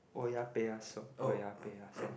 oya-beh-ya-som oya-beh-ya-som